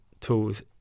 tools